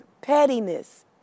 pettiness